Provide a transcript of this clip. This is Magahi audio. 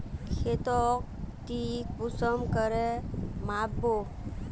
खेतोक ती कुंसम करे माप बो?